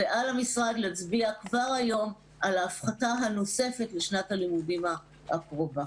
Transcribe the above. ועל המשרד להצביע כבר היום על ההפחתה הנוספת לשנת הלימודים הקרובה.